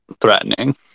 threatening